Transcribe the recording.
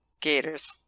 Gators